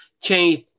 change